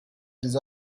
des